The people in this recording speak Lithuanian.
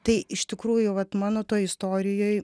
tai iš tikrųjų vat mano toj istorijoj